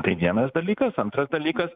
tai vienas dalykas antras dalykas